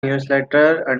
newsletter